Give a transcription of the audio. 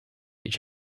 each